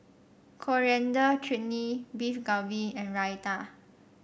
Coriander Chutney Beef Galbi and Raita